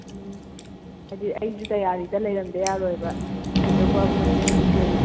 ꯎꯝ ꯍꯥꯏꯗꯤ ꯑꯩꯁꯨ ꯇꯌꯥꯔꯤꯗ ꯂꯩꯔꯝꯗ ꯌꯥꯔꯣꯏꯕ ꯊꯤꯗꯧꯕ ꯄꯣꯠꯆꯩ ꯅꯨꯡꯆꯩ